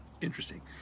Interesting